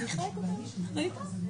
שחור, מסכים איתך.